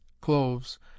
cloves